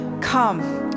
come